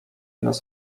nas